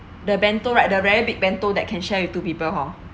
the bento right the very big bento that can share with two people hor